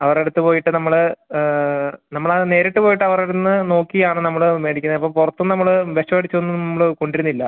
അവരുടെ അടുത്ത് പോയിട്ട് നമ്മൾ നമ്മൾ അത് നേരിട്ട് പോയിട്ട് അവരുടെ അവിടുന്ന് നോക്കിയാണ് നമ്മൾ മേടിക്കുന്നത് അപ്പം പുറത്തുനിന്ന് നമ്മൾ വിഷം അടിച്ചൊന്നും നമ്മൾ കൊണ്ടുവരുന്നില്ല